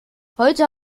heute